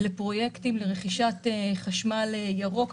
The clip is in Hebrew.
לפרויקטים לרכישת חשמל ירוק.